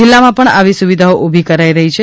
જીલ્લામાં પણ આવી સુવિધાઓ ઉભી કરાઇ રહી છે